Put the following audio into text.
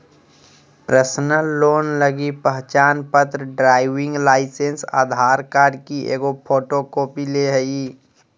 personal loan लगी पहचानपत्र, driving licence, Aadhaar card की एगो फोटोकॉपी ले हइ